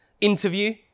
Interview